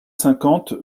cinquante